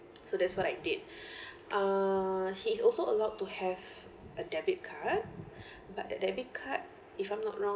so that's what I did uh he's also allowed to have a debit card but that debit card if I'm not wrong